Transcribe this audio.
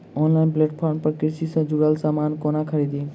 Online platform पर कृषि सँ जुड़ल समान कोना खरीदी?